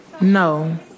No